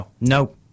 No